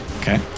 Okay